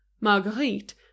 Marguerite